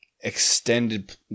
extended